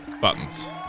Buttons